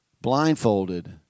blindfolded